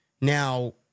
Now